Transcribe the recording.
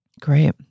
Great